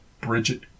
Bridget